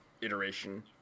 iteration